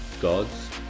God's